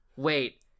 Wait